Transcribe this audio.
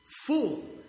Fool